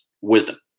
wisdom